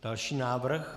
Další návrh.